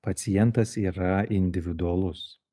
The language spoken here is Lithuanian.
pacientas yra individualus